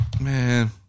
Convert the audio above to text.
Man